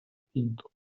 pinto